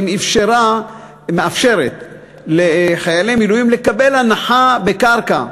תאפשר לחיילי מילואים לקבל הנחה בקרקע.